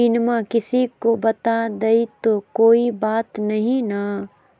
पिनमा किसी को बता देई तो कोइ बात नहि ना?